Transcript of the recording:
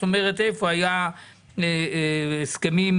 היו הסכמי